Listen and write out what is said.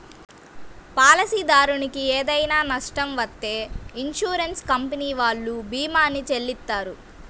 పాలసీదారునికి ఏదైనా నష్టం వత్తే ఇన్సూరెన్స్ కంపెనీ వాళ్ళు భీమాని చెల్లిత్తారు